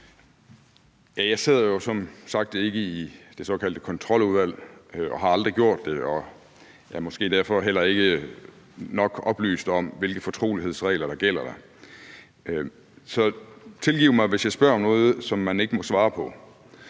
som sagt ikke i det såkaldte Kontroludvalg og har aldrig gjort det og er måske derfor heller ikke nok oplyst om, hvilke fortrolighedsregler der gælder dér. Så tilgiv mig, hvis jeg spørger om noget, man ikke må svare på.